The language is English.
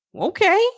Okay